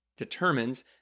determines